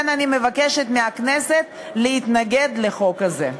לכן אני מבקשת מהכנסת להתנגד לחוק הזה.